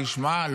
מה?